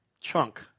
chunk